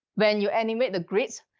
when you animate the grids,